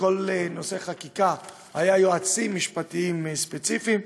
לכל נושא חקיקה היו יועצים משפטיים ספציפיים.